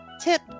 Tip